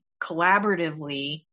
collaboratively